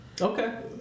okay